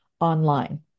online